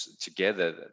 together